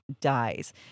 dies